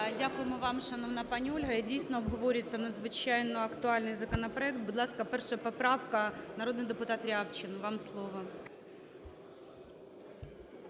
Дякуємо вам, шановна пані Ольго. Дійсно, обговорюється надзвичайно актуальний законопроект. Будь ласка, перша поправка. Народний депутат Рябчин, вам слово.